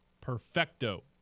perfecto